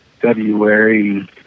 February